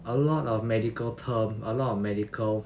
a lot of medical term a lot of medical